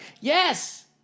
Yes